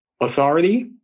Authority